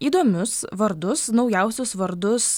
įdomius vardus naujausius vardus